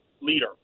leader